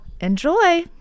enjoy